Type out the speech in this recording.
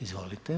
Izvolite.